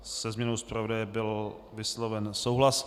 Se změnou zpravodaje byl vysloven souhlas.